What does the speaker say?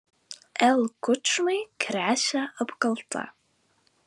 l kučmai gresia apkalta